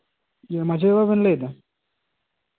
ᱢᱟᱹᱡᱷᱤ ᱵᱟᱵᱟ ᱵᱮᱱ ᱞᱟᱹᱭᱮᱫᱟ